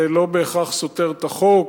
זה לא בהכרח סותר את החוק,